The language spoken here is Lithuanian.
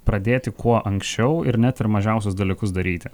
pradėti kuo anksčiau ir net ir mažiausius dalykus daryti